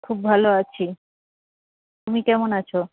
খুব ভালো আছি তুমি কেমন আছ